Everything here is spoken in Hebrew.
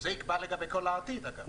וזה יקבע לגבי כל העתיד, אגב.